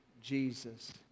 Jesus